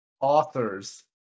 authors